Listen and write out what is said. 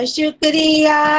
Shukriya